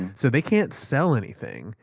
so they can't sell anything.